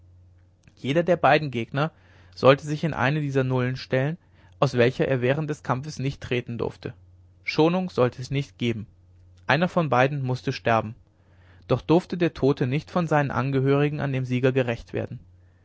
jeder der beiden gegner sollte sich in eine dieser nullen stellen aus welcher er während des kampfes nicht treten durfte schonung sollte es nicht geben einer von beiden mußte sterben doch durfte der tote nicht von seinen angehörigen an dem sieger gerächt werden